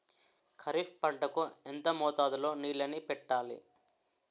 ఖరిఫ్ పంట కు ఎంత మోతాదులో నీళ్ళని పెట్టాలి?